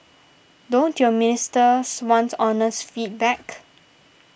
don't your ministers want honest feedback